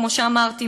כפי שאמרתי,